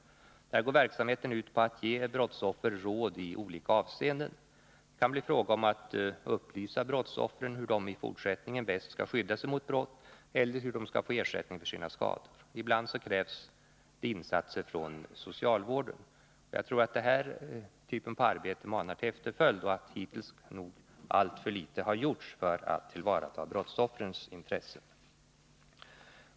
Verksamheten går ut på att ge brottsoffer råd i olika avseenden. Det kan bli fråga om att upplysa brottsoffren om hur de i fortsättningen bäst skall kunna skydda sig mot brott eller hur de skall få ersättning för sina skador. Ibland krävs insatser av socialvården. Jag tror att denna typ av arbete manar till efterföljd och att det hittills har gjorts alltför litet för att tillvarata brottsoffrens intressen.